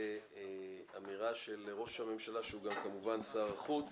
זה האמירה של ראש הממשלה שהוא גם כמובן שר החוץ,